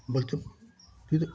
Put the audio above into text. বলতে তুই তো